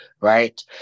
right